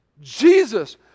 Jesus